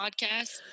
podcast